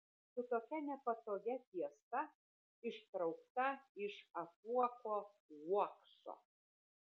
su tokia nepatogia tiesa ištraukta iš apuoko uokso